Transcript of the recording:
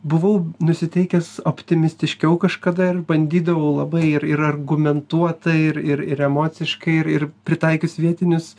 buvau nusiteikęs optimistiškiau kažkada ir bandydavau labai ir ir argumentuotai ir ir ir emociškai ir pritaikius vietinius